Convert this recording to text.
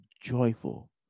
joyful